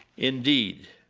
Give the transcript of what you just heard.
indeed,